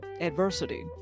adversity